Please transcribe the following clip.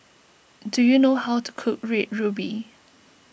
do you know how to cook Red Ruby